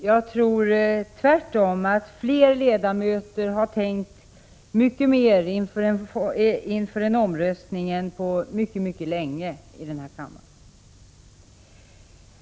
Jag tror tvärtom att fler ledamöter har tänkt mycket mer inför en omröstning än på mycket länge i denna kammare.